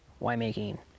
winemaking